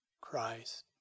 Christ